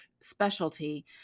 specialty